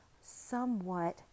somewhat